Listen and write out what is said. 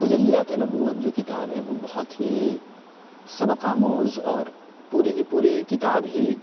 تجلیات نبوت جو کتاب وہ بہت ہی سبق آموز اور پوری کی پوری کتاب ہی